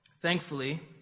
Thankfully